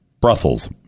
Brussels